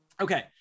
okay